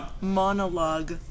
Monologue